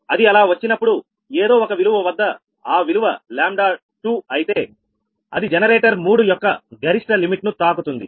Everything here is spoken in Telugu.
అది అలా వచ్చినప్పుడు ఏదో ఒక విలువ వద్ద ఆ విలువ λ2 అయితే అది జనరేటర్ 3 యొక్క గరిష్ట లిమిట్ ను తాకుతుంది